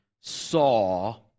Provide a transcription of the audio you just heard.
saw